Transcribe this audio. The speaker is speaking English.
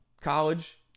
college